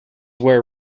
where